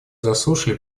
заслушали